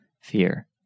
fear